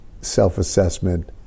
self-assessment